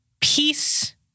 peace